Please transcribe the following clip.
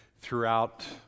throughout